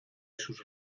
sus